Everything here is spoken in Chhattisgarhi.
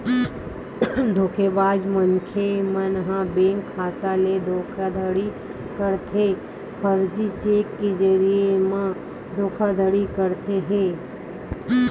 धोखेबाज मनखे मन ह बेंक खाता ले धोखाघड़ी करत हे, फरजी चेक के जरिए म धोखाघड़ी करत हे